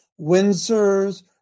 Windsors